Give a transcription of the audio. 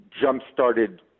jump-started